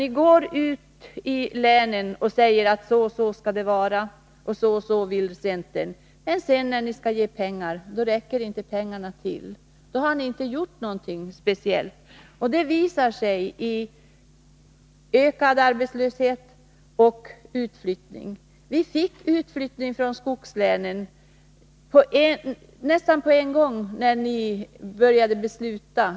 Ni gick ut i länen och sade att så och så skall det vara, det och det vill centern, men sedan, när ni skulle anslå medel räckte pengarna inte till. Då har ni inte gjort någonting speciellt. Det visar sig i ökad arbetslöshet och utflyttning. Vi fick en utflyttning från skogslänen nästan med en gång när ni kom i regeringsställning.